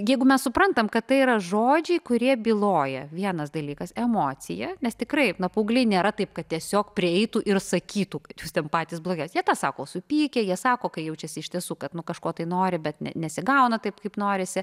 jeigu mes suprantam kad tai yra žodžiai kurie byloja vienas dalykas emocija nes tikrai na paaugliai nėra taip kad tiesiog prieitų ir sakytų jūs ten patys blogiausi jie tą sako supykę jie sako kai jaučiasi iš tiesų kad nuo kažko tai nori bet nesigauna taip kaip norisi